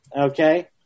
Okay